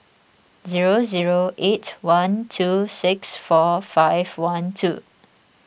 zero zero eight one two six four five one two